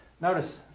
notice